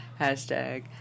hashtag